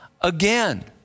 again